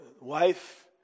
wife